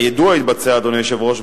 היושב-ראש,